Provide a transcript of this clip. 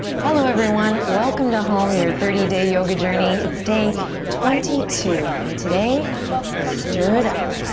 hello, everyone. welcome to home, your thirty day yoga journey. it's day twenty two and today we stir it up.